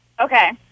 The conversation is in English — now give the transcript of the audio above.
Okay